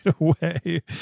away